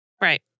Right